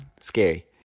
scary